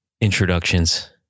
introductions